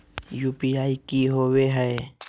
UPI की होवे हय?